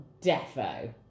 Defo